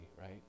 right